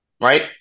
right